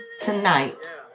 tonight